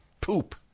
poop